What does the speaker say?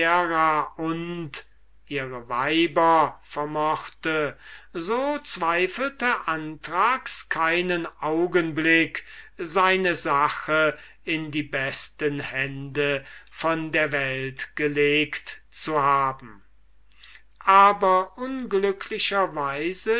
und ihre weiber vermochte so zweifelte anthrax keinen augenblick seine sache in die besten hände von der welt gelegt zu haben aber unglücklicher